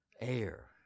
air